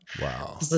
wow